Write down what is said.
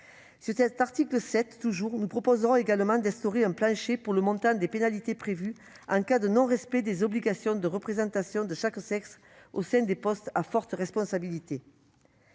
À cet article 7, toujours, nous proposerons également d'instaurer un plancher pour le montant des pénalités prévues en cas de non-respect des obligations de représentation de chaque sexe au sein des postes à fortes responsabilités.